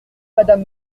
madame